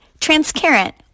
Transparent